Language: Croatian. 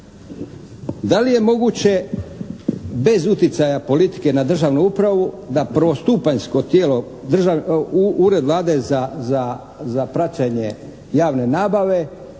Da li je moguće bez uticaja politike na državnu pravu da prvostupanjsko tijelo, Ured Vlade za praćenje javne nabave